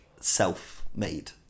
self-made